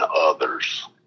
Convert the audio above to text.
others